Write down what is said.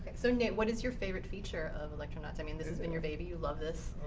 so nate, what is your favorite feature of electronauts? i mean, this has been your baby. you love this.